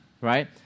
right